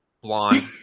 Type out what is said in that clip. Blonde